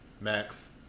Max